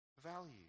value